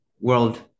world